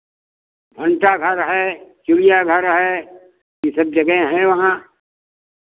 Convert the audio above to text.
घंटाघर है चिड़ियाघर है ई सब जगह हैं वहाँ